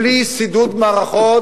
בלי שידוד מערכות,